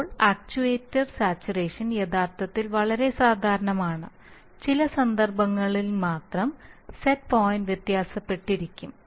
ഇപ്പോൾ actuator saturation യഥാർത്ഥത്തിൽ വളരെ സാധാരണമാണ് ചില സന്ദർഭങ്ങളിൽ മാത്രം സെറ്റ് പോയിന്റ് വ്യത്യാസപ്പെട്ടിരിക്കും